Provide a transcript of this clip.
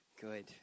Good